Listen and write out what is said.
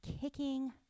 kicking